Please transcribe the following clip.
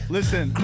Listen